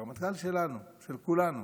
הרמטכ"ל שלנו, של כולנו,